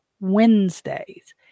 Wednesdays